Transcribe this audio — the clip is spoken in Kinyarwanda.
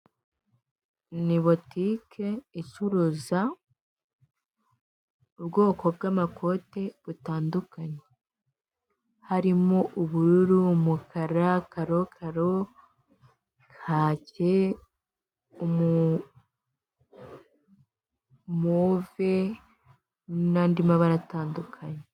Ni butike icuruza ubwoko bw'amakoti butandukanye harimo ubururu, umukara, karokaro, kake, move nandi mabara atandukanye.